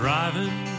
Driving